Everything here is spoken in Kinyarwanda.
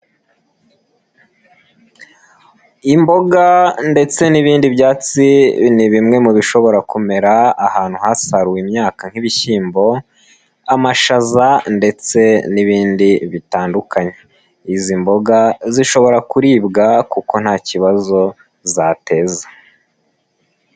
Imboga ndetse n'ibindi byatsi, ni bimwe mu bishobora kumera ahantu hasaruwe imyaka nk'ibishyimbo, amashaza ndetse n'ibindi bitandukanye. Izi mboga zishobora kuribwa kuko nta kibazo zateza.